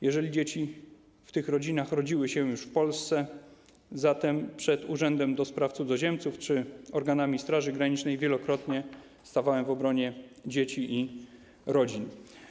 Jeżeli dzieci w tych rodzinach rodziły się już w Polsce, zatem przed Urzędem do Spraw Cudzoziemców czy organami Straży Granicznej i wielokrotnie stawałem w obronie dzieci i rodzin.